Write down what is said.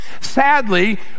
Sadly